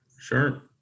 sure